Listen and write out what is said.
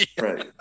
Right